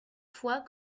fois